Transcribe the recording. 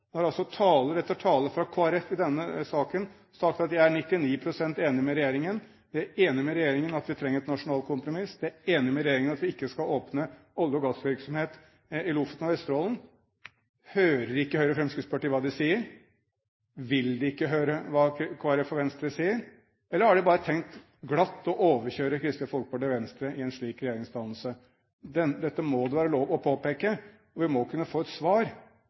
Nå har taler etter taler fra Kristelig Folkeparti i denne saken sagt at de er 99 pst. enige med regjeringen. De er enige med regjeringen i at vi trenger et nasjonalt kompromiss. De er enige med regjeringen i at vi ikke skal åpne for olje- og gassvirksomhet i Lofoten og Vesterålen. Hører ikke Høyre og Fremskrittspartiet hva de sier? Vil de ikke høre hva Kristelig Folkeparti og Venstre sier? Eller har de bare tenkt glatt å overkjøre Kristelig Folkeparti og Venstre i en slik regjeringsdannelse? Dette må det være lov å påpeke, og vi må kunne få et svar.